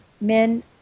men